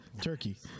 Turkey